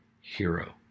Hero